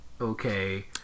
okay